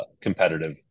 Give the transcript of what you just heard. competitive